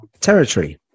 territory